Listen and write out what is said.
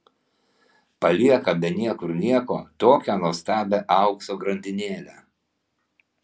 palieka be niekur nieko tokią nuostabią aukso grandinėlę